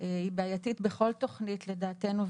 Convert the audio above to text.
היא בעייתית בכל תוכנית לדעתנו,